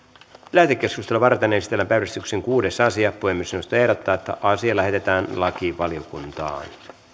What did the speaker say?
lähetekeskustelua varten esitellään päiväjärjestyksen kuudes asia puhemiesneuvosto ehdottaa että asia lähetetään lakivaliokuntaan